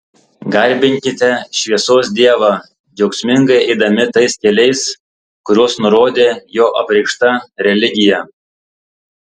garbinkite šviesos dievą džiaugsmingai eidami tais keliais kuriuos nurodė jo apreikšta religija